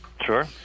Sure